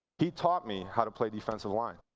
he taught me how to play defensive line.